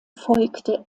folgte